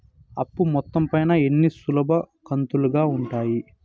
అప్పు మొత్తం పైన ఎన్ని సులభ కంతులుగా ఉంటాయి?